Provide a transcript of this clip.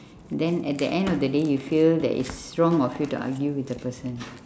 then at the end of the day you feel that it's wrong of you to argue with the person